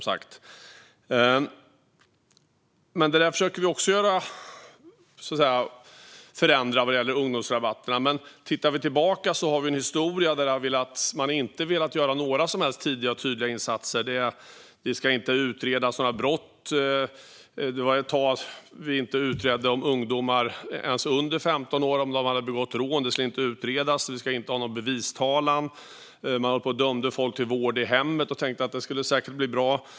Vi försöker också göra förändringar vad gäller ungdomsrabatterna. Men vi har en historia där man inte har velat göra några som helst tidiga och tydliga insatser. Det ska inte utredas några brott. Ett tag skulle det inte ens utredas om ungdomar under 15 år hade begått rån. Vi skulle inte ha någon bevistalan. Man dömde folk till vård i hemmet och tänkte att det säkert skulle bli bra.